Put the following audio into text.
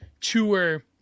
tour